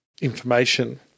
information